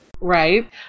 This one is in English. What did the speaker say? Right